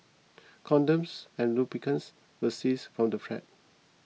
condoms and lubricants were seized from the flat